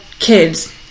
Kids